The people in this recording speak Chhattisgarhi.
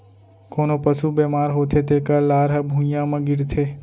कोनों पसु बेमार होथे तेकर लार ह भुइयां म गिरथे